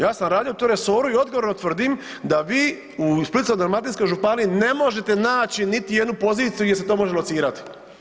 Ja sam radio u tom resoru i odgovorno tvrdim da vi u Splitsko-dalmatinskoj županiji ne možete naći niti jednu poziciju jer se to može locirati.